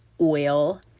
oil